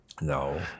No